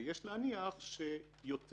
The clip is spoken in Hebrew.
ויש להניח שיותר